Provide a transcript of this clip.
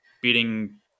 beating